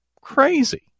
crazy